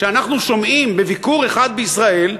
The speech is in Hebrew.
שאנחנו שומעים בביקור אחד בישראל,